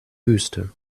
wüste